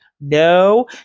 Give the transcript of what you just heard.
No